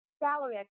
salary